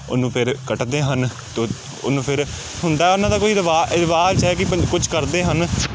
ਉਹਨੂੰ ਫਿਰ ਕੱਟਦੇ ਹਨ ਅਤੇ ਉਹਨੂੰ ਫਿਰ ਹੁੰਦਾ ਉਹਨਾਂ ਦਾ ਕੋਈ ਰਿਵਾ ਰਿਵਾਜ਼ ਹੈ ਕੀ ਪੰ ਕੁਛ ਕਰਦੇ ਹਨ